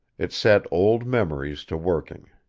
it set old memories to working.